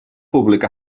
públic